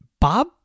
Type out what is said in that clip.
Bob